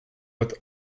with